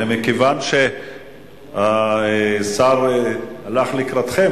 מכיוון שהשר הלך לקראתכם,